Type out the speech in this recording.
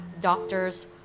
doctors